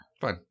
Fine